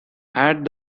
add